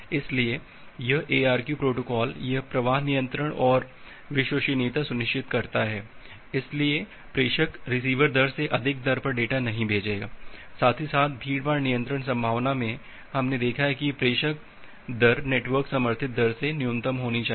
इसलिए यह ARQ protocol यह प्रवाह नियंत्रण और विश्वसनीयता सुनिश्चित करता है इसलिए प्रेषक रिसीवर दर से अधिक दर पर डेटा नहीं भेजेगा साथ ही साथ भीड़भाड़ नियंत्रण संभावना में हमने देखा है कि प्रेषक दर नेटवर्क समर्थित दर से न्यूनतम होनी चाहिए